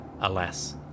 Alas